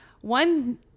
one